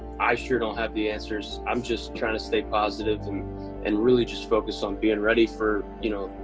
i sure don't have the answers. i'm just trying to stay positive and and really just focus on being ready for, you know,